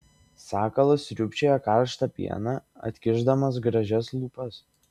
sakalas sriūbčioja karštą pieną atkišdamas gražias lūpas